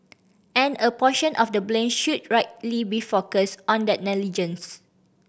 and a portion of the blame should rightly be focused on that negligence